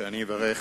שאברך.